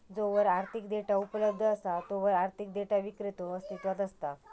जोवर आर्थिक डेटा उपलब्ध असा तोवर आर्थिक डेटा विक्रेतो अस्तित्वात असता